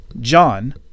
John